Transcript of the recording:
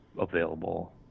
available